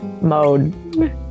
Mode